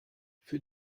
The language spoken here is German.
für